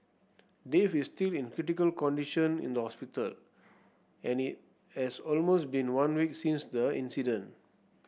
Dave is still in critical condition in the hospital and it has almost been one week since the incident